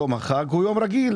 יום החג הוא יום רגיל.